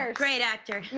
um great actor.